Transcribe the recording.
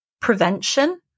prevention